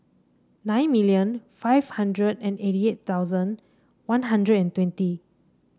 nine million five hundred and eighty eight thousand One Hundred and twenty